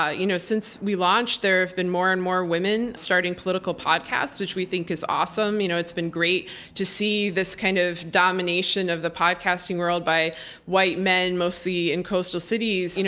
ah you know since we launched, there have been more and more women starting political podcasts, which we think is awesome. you know it's been great to see this kind of domination of the podcasting world by white men mostly in coastal cities. you know